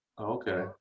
Okay